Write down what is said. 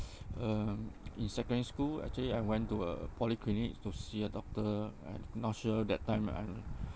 um in secondary school actually I went to a polyclinic to see a doctor I'm not sure that time I